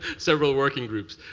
several working groups.